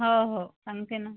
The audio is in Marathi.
हो हो सांगते ना